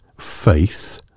Faith